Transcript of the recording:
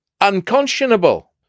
unconscionable